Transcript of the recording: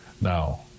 Now